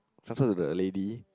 to the lady